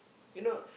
you know